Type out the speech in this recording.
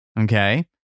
okay